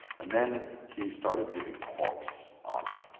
and then he started giving talks on it,